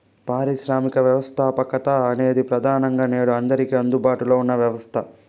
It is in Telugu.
పారిశ్రామిక వ్యవస్థాపకత అనేది ప్రెదానంగా నేడు అందరికీ అందుబాటులో ఉన్న వ్యవస్థ